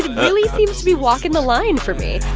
really seems to be walking the line for me